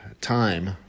time